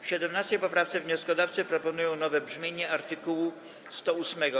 W 17. poprawce wnioskodawcy proponują nowe brzmienie art. 108.